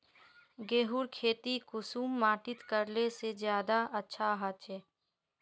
गेहूँर खेती कुंसम माटित करले से ज्यादा अच्छा हाचे?